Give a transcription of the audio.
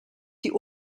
die